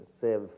save